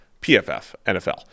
pffnfl